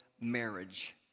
marriage